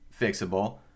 fixable